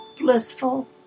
blissful